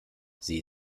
sie